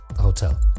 hotel